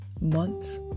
months